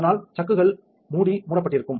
அதனால் சக்குகள் மூடி மூடப்பட்டிருக்கும்